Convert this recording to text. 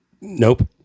nope